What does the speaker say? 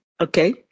Okay